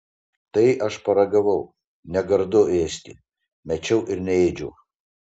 tai aš paragavau negardu ėsti mečiau ir neėdžiau